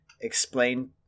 explain